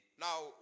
Now